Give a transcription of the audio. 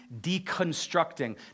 deconstructing